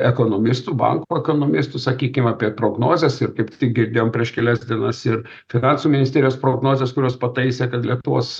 ekonomistų bankų ekonomistų sakykim apie prognozes ir kaip tik girdėjom prieš kelias dienas ir finansų ministerijos prognozes kurios pataisė kad lietuvos